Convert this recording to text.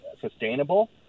sustainable